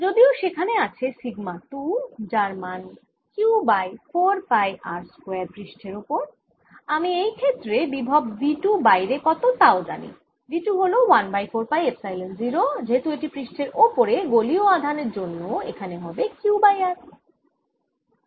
যদিও সেখানে আছে সিগমা 2 যার মান q by 4 pi r square পৃষ্ঠের ওপর আমি এই ক্ষেত্রে বিভব V 2 বাইরে কত তাও জানি V 2 হল 1 বাই 4 পাই এপসাইলন 0 যেহেতু এটি পৃষ্ঠের ওপরে গোলীয় আধানের জন্যও এখানে হবে q বাই r